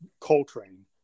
Coltrane